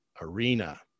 arena